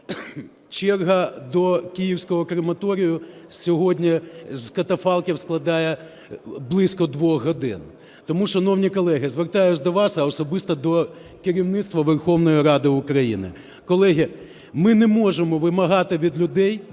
Черга до київського крематорію сьогодні з катафалків складає близько двох годин. Тому, шановні колеги, звертаюсь до вас, а особисто до керівництва Верховної Ради України: колеги, ми не можемо вимагати від людей